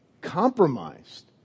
compromised